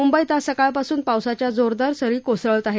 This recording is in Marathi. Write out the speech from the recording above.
मुंबईत आज सकाळपासून पावसाच्या जोरदार सरी कोसळत आहेत